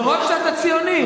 מרוב שאתה ציוני.